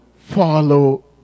follow